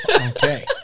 Okay